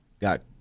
got